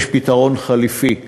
יש פתרון חלופי.